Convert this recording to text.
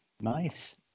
Nice